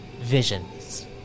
Visions